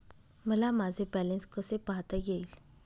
मला माझे बॅलन्स कसे पाहता येईल?